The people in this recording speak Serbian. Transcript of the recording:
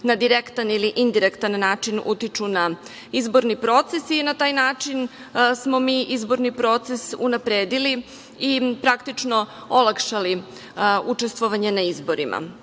na direktan ili indirektan način utiču na izborni proces i na taj način smo mi izborni proces unapredili i praktično olakšali učestvovanje na izborima.